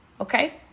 Okay